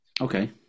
Okay